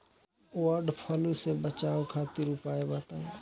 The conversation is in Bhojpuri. वड फ्लू से बचाव खातिर उपाय बताई?